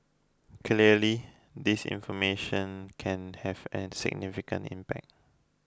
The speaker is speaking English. clearly disinformation can have an significant impact